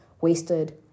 wasted